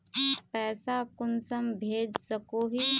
पैसा कुंसम भेज सकोही?